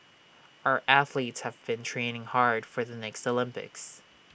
our athletes have been training hard for the next Olympics